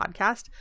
podcast